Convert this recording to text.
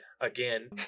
again